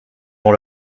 dans